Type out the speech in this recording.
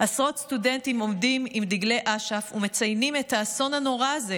עשרות סטודנטים עומדים עם דגלי אש"ף ומציינים את האסון הנורא הזה,